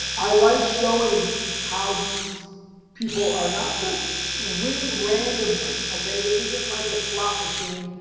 i like showing how these people are not just winning randomly, okay, this isn't like a slot machine.